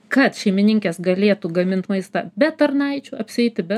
kad šeimininkės galėtų gamint maistą be tarnaičių apsieiti be